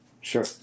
sure